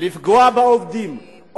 לפגוע בעובדים,